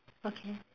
okay